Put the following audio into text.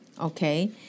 okay